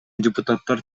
депутаттар